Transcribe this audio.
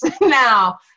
Now